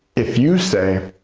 if you say,